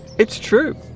it's true